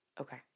Okay